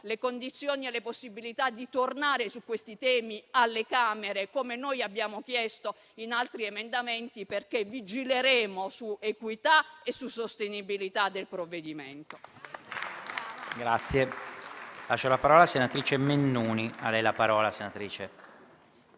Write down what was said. le condizioni e la possibilità di tornare su questi temi alle Camere, come noi abbiamo chiesto in altri emendamenti, perché vigileremo su equità e su sostenibilità del provvedimento.